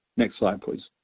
next slide please.